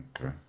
Okay